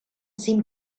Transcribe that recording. seemed